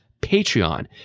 Patreon